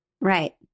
Right